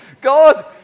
God